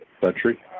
Country